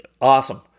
Awesome